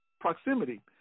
proximity